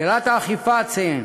בשאלת האכיפה אציין